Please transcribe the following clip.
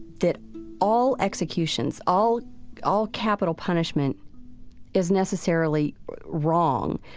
that all executions, all all capital punishment is necessarily wrong.